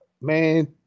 man